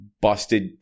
busted